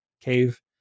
cave